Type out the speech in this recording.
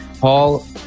Paul